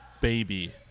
baby